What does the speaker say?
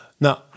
Now